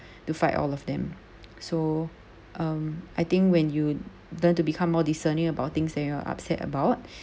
to fight all of them so um I think when you learn to become more discerning about things that you are upset about